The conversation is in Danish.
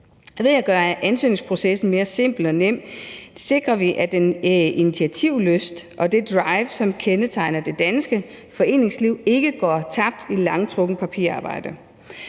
Ved at gøre ansøgningsprocessen mere simpel og nem sikrer vi, at den initiativlyst og det drive, som kendetegner det danske foreningsliv, ikke går tabt i langtrukkent papirarbejde.